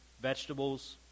vegetables